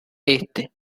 este